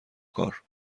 کار